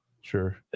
Sure